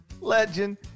Legend